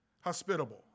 Hospitable